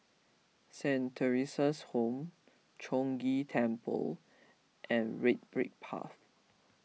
Saint theresa's Home Chong Ghee Temple and Red Brick Path